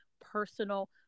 personal